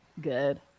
good